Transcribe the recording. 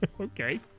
Okay